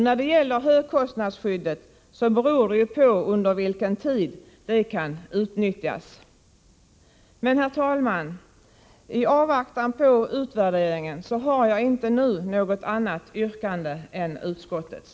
När det gäller högkostnadsskyddet handlar det faktiskt om under vilken tid detta kan utnyttjas. Herr talman! I avvaktan på utvärderingen har jag nu inget annat yrkande än utskottets.